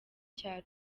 cya